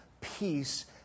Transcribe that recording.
peace